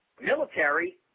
military